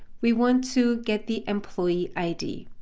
we want to get the employee id.